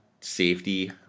safety